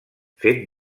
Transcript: fent